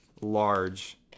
large